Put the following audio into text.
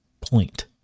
point